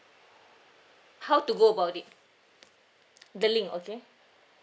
how to go about it the link okay